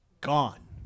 gone